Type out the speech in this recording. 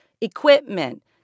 equipment